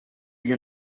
you